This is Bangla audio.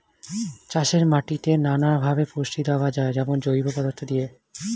চাষের মাটিতে নানা ভাবে পুষ্টি দেওয়া যায়, যেমন জৈব পদার্থ দিয়ে